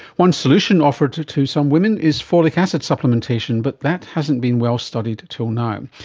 one solution offered to to some women is folic acid supplementation, but that hasn't been well studied until now.